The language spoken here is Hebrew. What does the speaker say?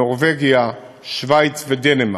נורבגיה, שווייץ ודנמרק.